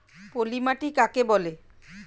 পলি মাটি কাকে বলে?